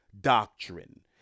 doctrine